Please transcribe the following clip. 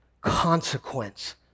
consequence